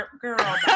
girl